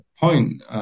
point